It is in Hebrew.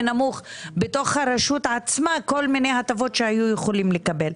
נמוך בתוך הרשות עצמה כל מיני הטבות שהיו יכולים לקבל.